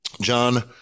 John